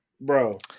Bro